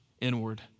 inward